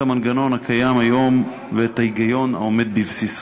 המנגנון הקיים היום ואת ההיגיון העומד בבסיסו.